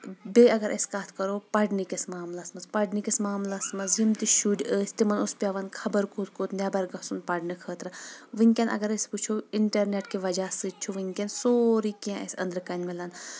بیٚیہِ اگر أسۍ کتھ کرو پرنِکس معملس منٛز پرنکِس معملس منٛز یِم تہِ شُرۍ ٲسۍ تِمن اوس پٮ۪وان خبر کوٚت کوٚت نٮ۪بر گژھُن پرنہٕ خٲطرٕ ؤنۍکیٚن اگر أسۍ وٕچھو انٹرنیٹ کہِ وجہ سۭتۍ چھُ وُنۍکٮ۪ن سورُے کینٛہہ اسہِ أنٛدرٕ کنۍ ملان